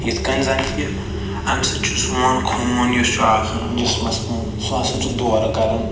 یِتھ کٔنۍ زن کہِ اَمہِ سۭتۍ چھُ سون خوٗن یُس چھُ آسان جِسمس منٛز سُہ ہسا چھُ دورٕ کَران